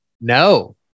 No